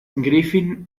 griffin